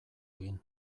egin